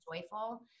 joyful